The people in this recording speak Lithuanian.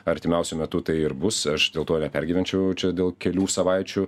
artimiausiu metu tai ir bus aš dėl to nepergyvenčiau čia dėl kelių savaičių